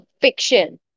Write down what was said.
fiction